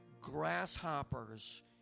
grasshoppers